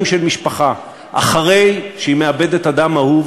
של משפחה אחרי שהיא מאבדת אדם אהוב